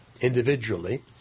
individually